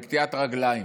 בקטיעת רגליים.